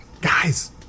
Guys